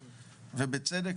ובצדק.